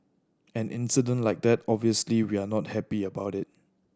an incident like that obviously we are not happy about it